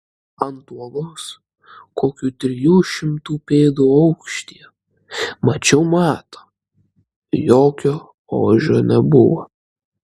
ant uolos kokių trijų šimtų pėdų aukštyje mačiau matą jokio ožio nebuvo